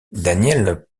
danielle